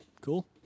Cool